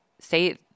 say